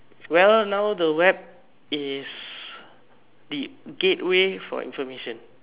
well now the web is the gateway for information